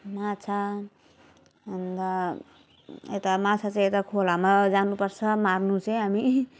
माछा अन्त यता माछा चाहिँ यता खोलामा जानुपर्छ मार्नु चाहिँ हामी